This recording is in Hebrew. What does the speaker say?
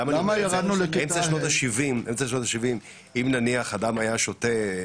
אמצע שנות ה-70 אם נניח אדם היה שותה,